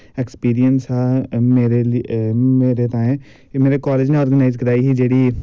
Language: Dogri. ऐक्सपिरियंस हा मेरे ताएं एह् मेरे कालेज़ ने आर्गनाईज़ कराई ही जेह्ड़ी